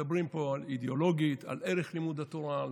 שמדברים פה אידיאולוגית על ערך לימוד התורה,